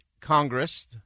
Congress